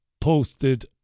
posted